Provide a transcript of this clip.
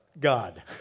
God